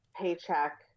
paycheck